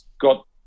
got